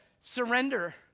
surrender